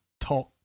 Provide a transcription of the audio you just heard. talk